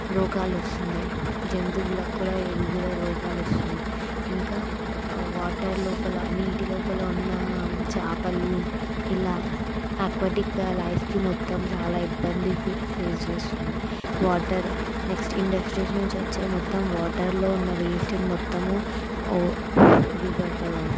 రోగాలు వస్తున్నాయి జంతువులకి కూడా ఈ వివిధ రోగాలు వస్తున్నాయి ఇంకా వాటర్ లోపల నీటి లోపల ఉన్న చాపలు ఇలా అక్వాటిక్ లైఫ్కి మొత్తం చాలా ఇబ్బంది ఫే ఫేస్ చేస్తుంది వాటర్ నెక్స్ట్ ఇండస్ట్రీస్ నుంచి వచ్చే మొత్తం వాటర్లో ఉన్న వేస్ట్ను మొత్తము రివర్